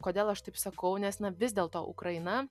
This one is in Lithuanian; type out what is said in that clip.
kodėl aš taip sakau nes na vis dėl to ukraina